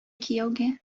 кияүгә